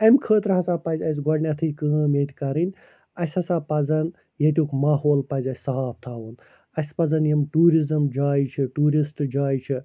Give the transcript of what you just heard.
اَمہِ خٲطرٕ ہَسا پَزِ اسہِ گۄڈٕنیٚتھے کٲم ییٚتہِ کَرٕنۍ اسہِ ہَسا پَزَن ییٚتیٛک ماحول پَزِ اسہِ صاف تھاوُن اسہِ پَزَن یِم ٹیٛوٗرِزٕم جایہِ چھِ ٹیٛوٗرِسٹہٕ جایہِ چھِ